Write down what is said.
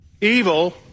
Evil